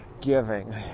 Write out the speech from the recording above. giving